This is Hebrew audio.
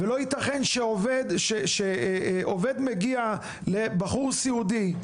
ולא יתכן שעובד מגיע לבחור סיעודי,